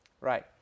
Right